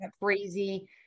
crazy